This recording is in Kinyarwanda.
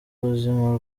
ubuzima